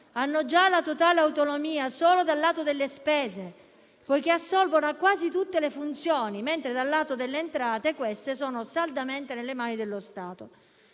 hanno già la totale autonomia solo dal lato delle spese, poiché assolvono a quasi tutte le funzioni, mentre le entrate sono saldamente nelle mani dello Stato.